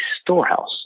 storehouse